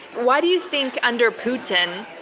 why do you think, under putin,